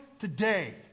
today